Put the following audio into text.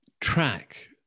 track